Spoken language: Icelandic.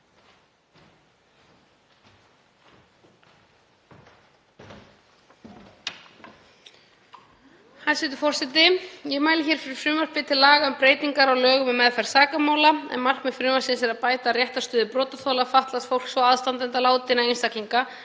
Hæstv. forseti. Ég mæli fyrir frumvarpi til laga um breytingar á lögum um meðferð sakamála, en markmið frumvarpsins er að bæta réttarstöðu brotaþola, fatlaðs fólks og aðstandenda látinna einstaklinga